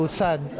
sad